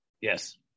Yes